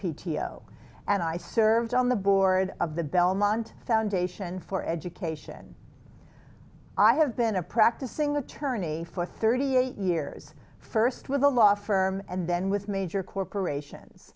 o and i served on the board of the belmont foundation for education i have been a practicing attorney for thirty eight years first with a law firm and then with major corporations